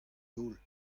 daol